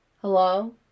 Hello